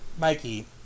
Mikey